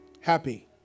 happy